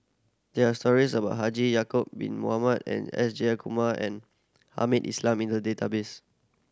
there're stories about Haji Ya'acob Bin Mohamed and S Jayakumar and Hamed Islam in the database